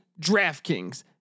DraftKings